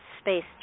space